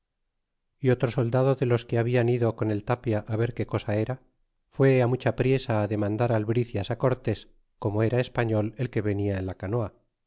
y otro soldado de los que hablan ido con el tapia á ver qué cosa era fue mucha priesa demandar albricias cortés como era español el que venia en la canoa